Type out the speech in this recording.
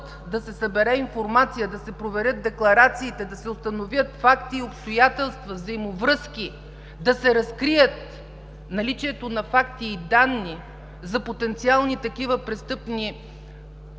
да се събере информация, да се проверят декларациите, да се установят факти и обстоятелства, взаимовръзки, да се разкрият наличието на факти и данни за потенциални такива престъпни дейности.